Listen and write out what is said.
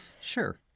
Sure